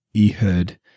Ehud